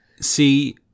See